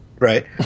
Right